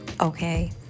okay